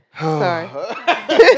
Sorry